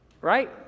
right